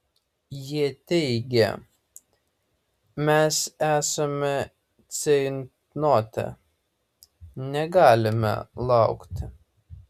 jie teigia mes esame ceitnote negalime laukti